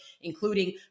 including